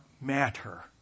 matter